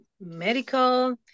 medical